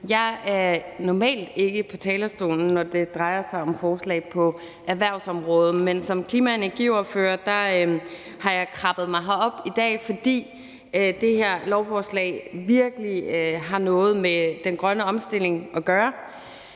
Jeg er normalt ikke på talerstolen, når det drejer sig om forslag på erhvervsområdet, men som klima- og energiordfører har jeg krabbet mig herop i dag, fordi det her lovforslag virkelig har noget med den grønne omstilling at gøre.